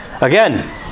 Again